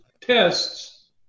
tests